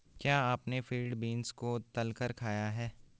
क्या आपने field beans को तलकर खाया है?